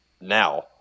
now